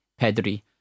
Pedri